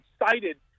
excited